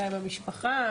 גם המשפחה,